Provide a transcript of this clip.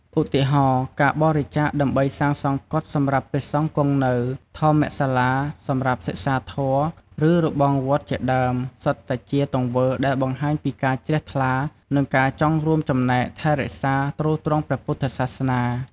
ឧទាហរណ៍ ការបរិច្ចាគដើម្បីសាងសង់កុដិសម្រាប់ព្រះសង្ឃគង់នៅ ធម្មសាលាសម្រាប់សិក្សាធម៌ ឬរបងវត្តជាដើម សុទ្ធតែជាទង្វើដែលបង្ហាញពីការជ្រះថ្លា និងការចង់រួមចំណែកថែរក្សាទ្រទ្រង់ព្រះពុទ្ធសាសនា។